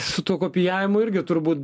su tuo kopijavimu irgi turbūt